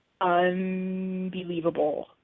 unbelievable